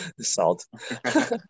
Salt